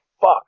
fuck